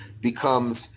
becomes